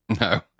No